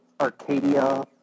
Arcadia